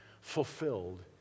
fulfilled